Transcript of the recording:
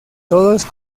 todos